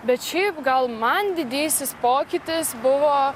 bet šiaip gal man didysis pokytis buvo